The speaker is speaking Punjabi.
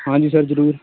ਹਾਂਜੀ ਸਰ ਜ਼ਰੂਰ